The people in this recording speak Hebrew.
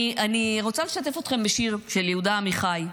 אני רוצה לשתף אתכם בשיר של יהודה עמיחי.